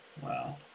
Wow